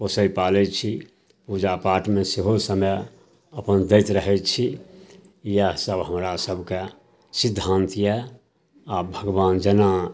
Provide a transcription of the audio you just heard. पोसै पालै छी पूजा पाठमे सेहो समय अपन दैत रहै छी इएहसब हमरासभके सिद्धान्त यऽ आब भगवान जेना